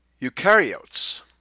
eukaryotes